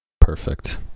Perfect